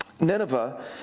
Nineveh